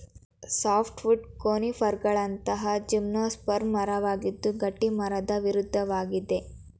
softwood ಕೋನಿಫರ್ಗಳಂತಹ gymnosperm ಮರವಾಗಿದ್ದು ಗಟ್ಟಿಮರದ ವಿರುದ್ಧವಾಗಿದೆ